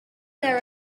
there